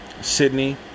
Sydney